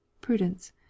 prudence